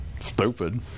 Stupid